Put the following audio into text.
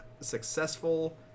successful